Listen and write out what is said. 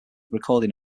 recording